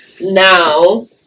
Now